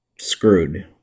screwed